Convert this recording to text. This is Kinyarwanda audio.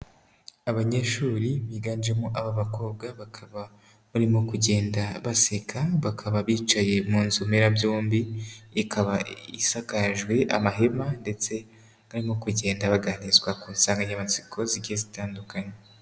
Abanyeshuri biganjemo ab'abakobwa bakaba barimo kugenda baseka, bakaba bicaye mu nzu merabyombi, ikaba isakajwe amahema ndetse bari no kugenda baganirizwa ku nsanganyamatsiko zigiye zitandukanye.